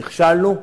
נכשלנו,